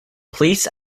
please